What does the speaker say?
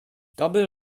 dobry